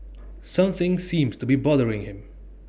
something seems to be bothering him